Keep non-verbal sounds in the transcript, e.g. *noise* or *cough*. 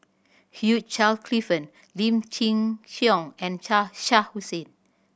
Hugh Charle Clifford Lim Chin Siong and *unintelligible* Shah Hussain